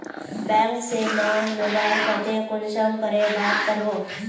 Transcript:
Bank से loan लुबार केते कुंसम करे बात करबो?